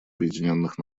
объединенных